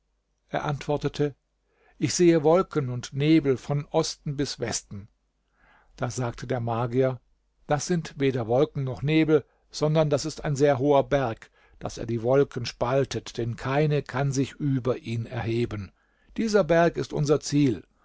er antwortete ich sehe wolken und nebel vom osten bis westen da sagte der magier das sind weder wolken noch nebel sondern das ist ein sehr hoher berg daß er die wolken spaltet denn keine kann sich über ihn erheben dieser berg ist unser ziel